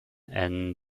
and